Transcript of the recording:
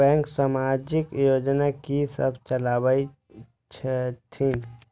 Bank समाजिक योजना की सब चलावै छथिन?